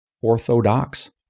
orthodox